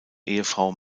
ehefrau